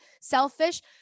selfish